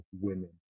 women